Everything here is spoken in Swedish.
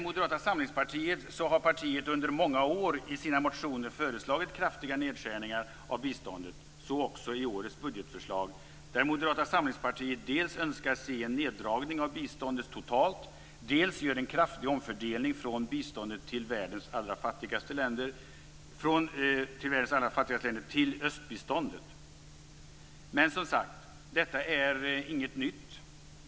Moderata samlingspartiet har under många år i sina motioner föreslagit kraftiga nedskärningar av biståndet - så också i årets budgetförslag, där Moderata samlingspartiet dels önskar se en neddragning av biståndet totalt, dels gör en kraftig omfördelning från biståndet till världens allra fattigaste länder till östbiståndet. Men som sagt - detta är inget nytt.